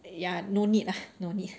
ya no need ah no need